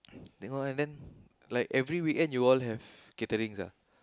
then oh then like every weekend you all have catering sia